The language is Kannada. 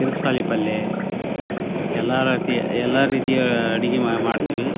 ಕಿರ್ಕ್ ಸಾಲಿ ಪಲ್ಯ ಎಲ್ಲ ರೀತಿಯ ಎಲ್ಲ ರೀತಿಯ ಅಡಿಗೆ ಮಾಡ್ತೀವಿ